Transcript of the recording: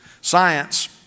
Science